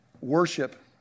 Worship